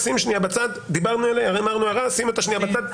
דיברנו עליה ונשים אותה בצד.